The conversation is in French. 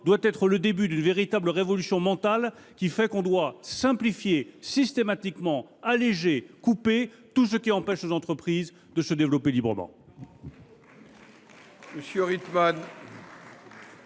doit être le début d’une véritable révolution mentale nous conduisant à simplifier systématiquement, alléger, couper dans tout ce qui empêche les entreprises de se développer librement.